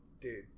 dude